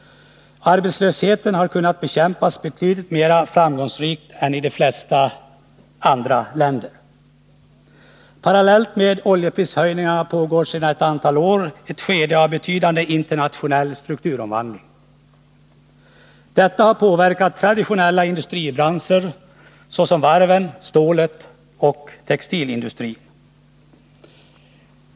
Arbetslösheten har kunnat bekämpas betydligt mera framgångsrikt än i de flesta andra länder. Parallellt med oljeprishöjningarna pågår sedan ett antal år ett skede av betydande internationell strukturomvandling. Denna har påverkat traditionella industribranscher, såsom varvs-, ståloch textilindustrin.